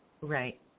right